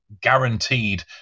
guaranteed